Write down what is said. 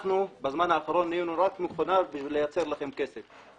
בזמן האחרון נהיינו רק מכונה בשביל לייצר לכם כסף.